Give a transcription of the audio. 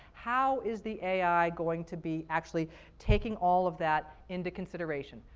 how is the ai going to be actually taking all of that into consideration.